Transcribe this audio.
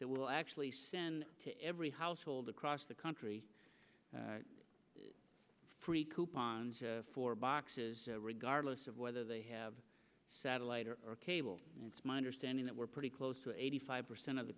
that will actually send to every household across the country free coupons for boxes regardless of whether they have satellite or cable and it's my understanding that we're pretty close to eighty five percent of the